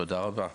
תודה רבה.